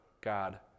God